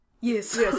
Yes